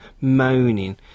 moaning